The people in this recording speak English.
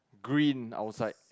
green outside